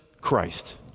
Christ